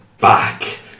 back